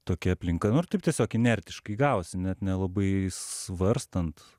tokia aplinka nu ir taip tiesiog inertiškai gavosi net nelabai svarstant